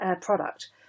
product